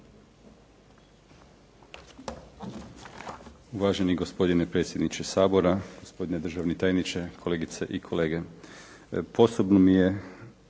Uvaženi gospodine predsjedniče Sabora, gospodine državni tajniče, kolegice i kolege.